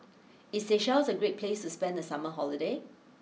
is Seychelles a Great place to spend the summer holiday